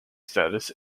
status